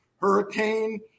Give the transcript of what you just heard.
Hurricane